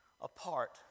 apart